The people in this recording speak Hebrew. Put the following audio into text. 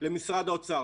למשרד האוצר.